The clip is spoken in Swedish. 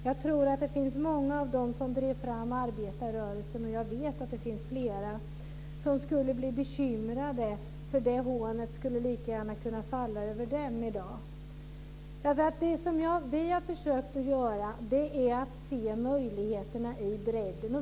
Jag tror att det finns många bland dem som drev fram arbetarrörelsen, jag vet att det finns flera, som skulle bli bekymrade, för detta hån skulle lika gärna kunna falla över dem i dag. Det vi har försökt göra är att se möjligheterna i bredden.